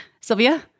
Sylvia